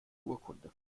urkunde